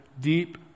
deep